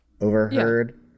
overheard